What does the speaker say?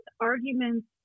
arguments